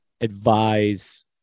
advise